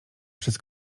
przez